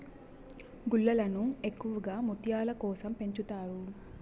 గుల్లలను ఎక్కువగా ముత్యాల కోసం పెంచుతారు